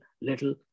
little